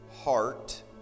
heart